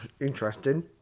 interesting